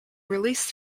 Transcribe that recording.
released